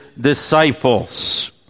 disciples